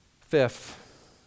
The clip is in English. Fifth